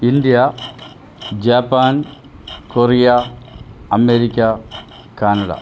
India Japan Korea America Canada